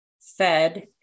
fed